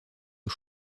aux